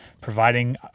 providing